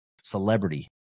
celebrity